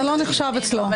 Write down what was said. זה לא נחשב אצלו.